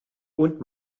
und